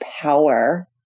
power